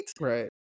right